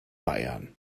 bayern